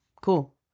Cool